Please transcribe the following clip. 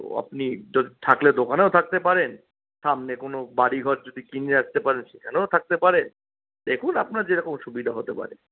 তো আপনি যদি থাকলে দোকানেও থাকতে পারেন সামনে কোনো বাড়ি ঘর যদি কিনে আসতে পারেন সেখানেও থাকতে পারেন দেখুন আপনার যেরকম সুবিধা হতে পারে